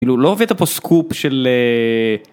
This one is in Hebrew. כאילו לא הבאת פה סקופ של...